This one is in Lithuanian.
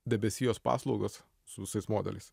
debesijos paslaugos su visais modeliais